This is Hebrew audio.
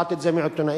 שמעתי את זה מעיתונאים,